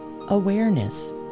awareness